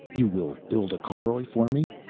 you will build a caroj for me?